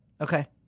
Okay